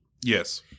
Yes